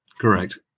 Correct